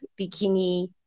bikini